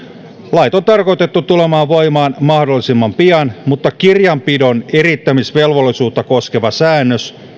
lait on tarkoitettu tulemaan voimaan mahdollisimman pian mutta kirjanpidon eriyttämisvelvollisuutta koskeva säännös